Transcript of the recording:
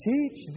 Teach